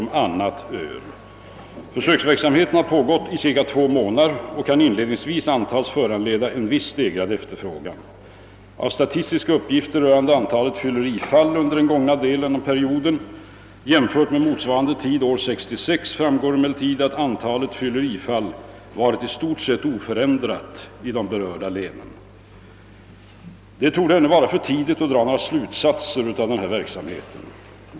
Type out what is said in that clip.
Försöksverksamheten har pågått cirka 2 månader och kan inledningsvis antas föranleda en viss stegrad efterfrågan. Av statistiska uppgifter rörande antalet fyllerifall under den gångna delen av försöksperioden jämfört med motsvarande tid år 1966 framgår emellertid att antalet fyllerifall varit i stort sett oförändrat i de berörda länen. Det torde ännu vara för tidigt att dra några slutsatser av den här verksamheten.